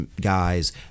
guys